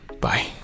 Bye